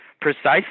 precisely